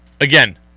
again